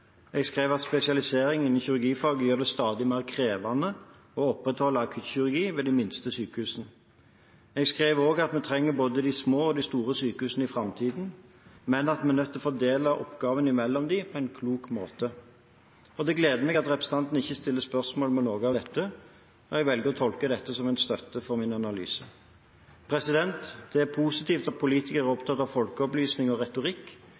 Jeg skrev at spesialiseringen innen kirurgifaget gjør det stadig mer krevende å opprettholde akuttkirurgi ved de minste sykehusene. Jeg skrev også at vi trenger både de små og de store sykehusene i framtiden, men at vi er nødt til å fordele oppgavene dem imellom på en klok måte. Det gleder meg at representanten ikke stiller spørsmål ved noe av dette. Jeg velger å tolke dette som en støtte for min analyse. Det er positivt at politikere er opptatt av folkeopplysning og retorikk.